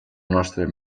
nostre